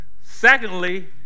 Secondly